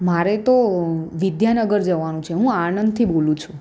મારે તો વિદ્યાનગર જવાનું છે હું આણંદથી બોલું છું